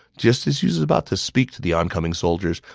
just as he was about to speak to the oncoming soldiers,